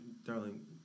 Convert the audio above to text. Darling